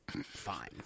fine